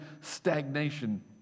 stagnation